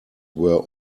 were